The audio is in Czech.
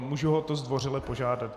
Můžu ho o to zdvořile požádat.